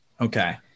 Okay